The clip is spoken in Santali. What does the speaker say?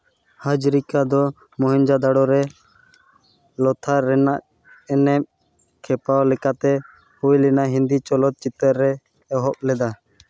ᱦᱟᱡᱨᱤᱠᱟ ᱫᱚ ᱢᱚᱦᱮᱧᱡᱳᱫᱟᱲᱳ ᱨᱮ ᱞᱟᱛᱟᱨ ᱨᱮᱭᱟᱜ ᱮᱱᱮᱡ ᱠᱷᱮᱯᱟᱣ ᱞᱮᱠᱟᱛᱮ ᱦᱩᱭ ᱞᱮᱱᱟ ᱦᱤᱱᱫᱤ ᱪᱚᱞᱚᱛ ᱪᱤᱛᱟᱹᱨ ᱨᱮ ᱮᱦᱚᱵ ᱞᱮᱫᱟ